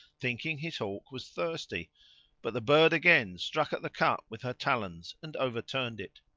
thinking his hawk was thirsty but the bird again struck at the cup with her talons and overturned it.